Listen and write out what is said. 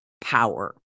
power